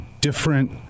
different